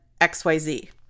XYZ